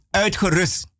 uitgerust